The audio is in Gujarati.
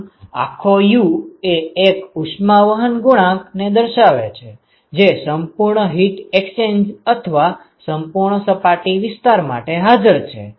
આમ આખો U એ એક ઉષ્મા વહન ગુણાંક ને દર્શાવે છે જે સંપૂર્ણ હીટ એક્સચેંજ અથવા સંપૂર્ણ સપાટી વિસ્તાર માટે હાજર છે